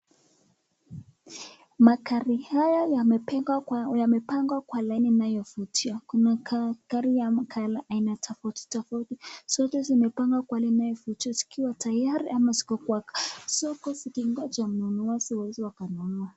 Magari haya yamepangwa kwa laini inayovutia. Kuna gari ama color aina tofauti tofauti. Zote zimepangwa kwa laini inayovutia zikiwa tayari au zikiwa soko zikingonja mnunuzi aweze akanunua.